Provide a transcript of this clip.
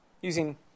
using